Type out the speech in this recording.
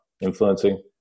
Influencing